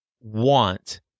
want